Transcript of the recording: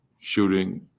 shooting